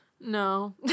No